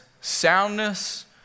soundness